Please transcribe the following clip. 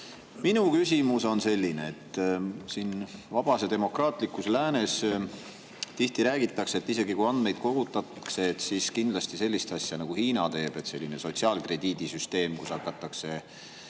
Minu küsimus on selline. Siin vabas ja demokraatlikus läänes tihti räägitakse, et isegi kui andmeid kogutakse, siis sellist asja nagu Hiina teeb – on selline sotsiaalkrediidisüsteem, kus hakatakse